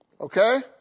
Okay